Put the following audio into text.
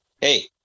hey